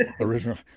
original